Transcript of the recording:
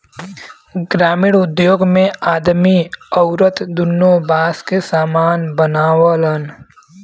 ग्रामिण उद्योग मे आदमी अउरत दुन्नो बास के सामान बनावलन